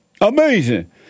Amazing